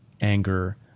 anger